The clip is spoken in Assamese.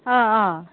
অঁ অঁ